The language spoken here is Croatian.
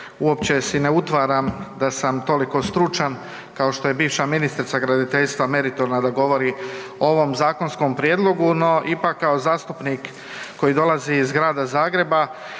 uopće si ne utvaram da sam toliko stručan kao što je bivša ministrica graditeljstva meritorna da govori o ovom zakonskom prijedlogu no ipak kao zastupnik koji dolazi iz grada Zagreba,